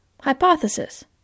Hypothesis